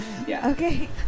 Okay